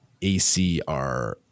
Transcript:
ACR